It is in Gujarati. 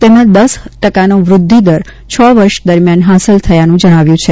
તેમાં દસ ટકાનો વૃદ્ધિ દર છ વર્ષ દરમિયાન હાંસલ થયાનું જણાવ્યું છે